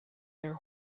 their